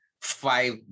five